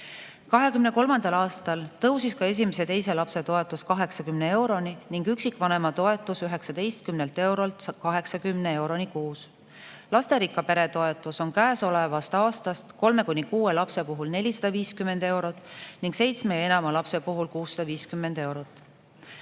2023. aastal tõusis ka esimese ja teise lapse toetus 80 euroni ning üksikvanema toetus 19 eurolt 80 euroni kuus. Lasterikka pere toetus on käesolevast aastast kolme kuni kuue lapse puhul 450 eurot ning seitsme ja enama lapse puhul 650 eurot.